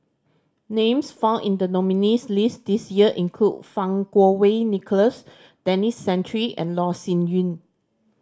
names found in the nominees' list this year include Fang Kuo Wei Nicholas Denis Santry and Loh Sin Yun